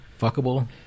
Fuckable